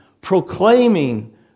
proclaiming